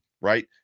right